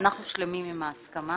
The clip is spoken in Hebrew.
אנחנו שלמים עם ההסכמה